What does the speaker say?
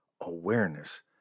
awareness